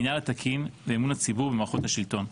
המינהל התקין ואמון הציבור במערכות השלטון.